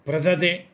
प्रददे